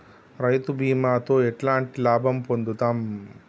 రైతు బీమాతో ఎట్లాంటి లాభం పొందుతం?